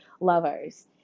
lovers